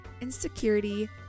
insecurity